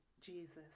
Jesus